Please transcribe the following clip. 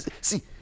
See